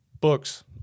Books